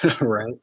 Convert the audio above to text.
Right